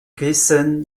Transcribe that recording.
giessen